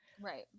right